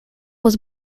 was